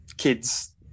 kids